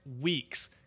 weeks